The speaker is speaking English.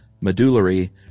medullary